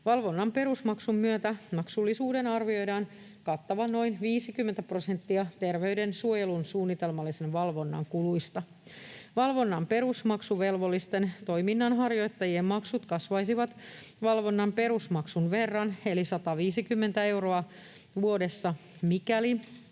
Valvonnan perusmaksun myötä maksullisuuden arvioidaan kattavan noin 50 prosenttia terveydensuojelun suunnitelmallisen valvonnan kuluista. Valvonnan perusmaksuvelvollisten toiminnanharjoittajien maksut kasvaisivat valvonnan perusmaksun verran eli 150 euroa vuodessa, mikäli